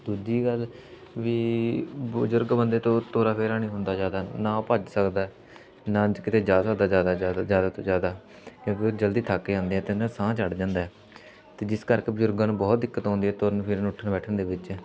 ਦੂਜੀ ਗੱਲ ਵੀ ਬਜ਼ੁਰਗ ਬੰਦੇ ਤੋਂ ਤੋਰਾ ਫੇਰਾ ਨਹੀਂ ਹੁੰਦਾ ਜ਼ਿਆਦਾ ਨਾਂ ਉਹ ਭੱਜ ਸਕਦਾ ਨਾਂ ਕਿਤੇ ਜਾ ਸਕਦਾ ਜ਼ਿਆਦਾ ਜ਼ਿਆਦਾ ਜ਼ਿਆਦਾ ਤੋਂ ਜ਼ਿਆਦਾ ਕਿਉਂਕਿ ਉਹ ਜਲਦੀ ਥੱਕ ਜਾਂਦੇ ਆ ਅਤੇ ਉਹਨੂੰ ਸਾਹ ਚੜ੍ਹ ਜਾਂਦਾ ਅਤੇ ਜਿਸ ਕਰਕੇ ਬਜ਼ੁਰਗਾਂ ਨੂੰ ਬਹੁਤ ਦਿੱਕਤ ਆਉਂਦੀ ਹੈ ਤੁਰਨ ਫਿਰਨ ਉੱਠਣ ਬੈਠਣ ਦੇ ਵਿੱਚ